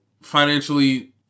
financially